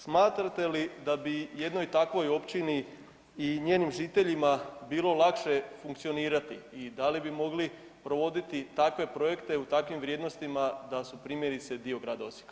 Smatrate li da bi jednoj takvoj općini i njenim žiteljima bilo lakše funkcionirati i da li bi mogli provoditi takve projekte u takvim vrijednostima da su primjerice dio grada Osijeka.